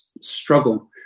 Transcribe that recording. struggle